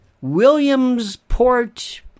Williamsport